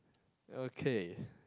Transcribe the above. okay